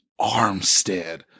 Armstead